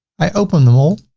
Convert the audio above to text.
i open them all